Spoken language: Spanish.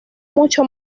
mucho